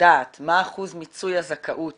יודעת מה אחוז מיצוי הזכאות